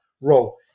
role